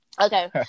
Okay